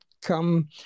come